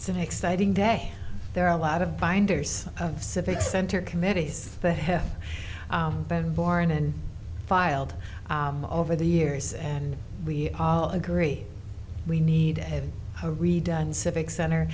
it's an exciting day there are a lot of binders of civic center committees that have been born and filed over the years and we all agree we need to have a redone civic center